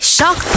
Shock